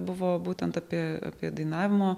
buvo būtent apie dainavimo